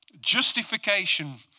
justification